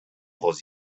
those